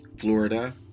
Florida